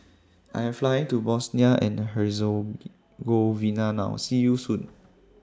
I Am Flying to Bosnia and Herzegovina now See YOU Soon